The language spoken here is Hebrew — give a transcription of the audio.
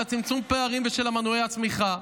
של צמצום הפערים ושל מנועי הצמיחה,